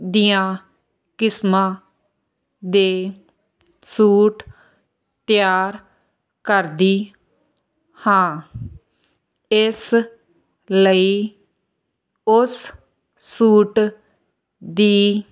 ਦੀਆਂ ਕਿਸਮਾਂ ਦੇ ਸੂਟ ਤਿਆਰ ਕਰਦੀ ਹਾਂ ਇਸ ਲਈ ਉਸ ਸੂਟ ਦੀ